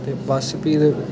ते बस भी ते